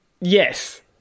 Yes